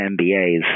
MBAs